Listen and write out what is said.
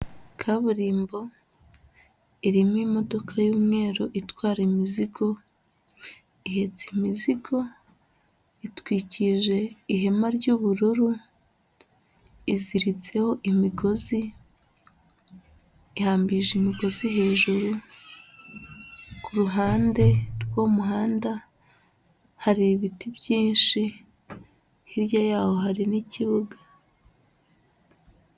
Kaburimbo irimo imodoka y'umweru itwara imizigo, ihetse imizigo, itwikije ihema ry'ubururu, iziritseho imigozi, ihambije imigozi hejuru, ku ruhande rw'umuhanda hari ibiti byinshi, hirya yaho hari n'ikibuga.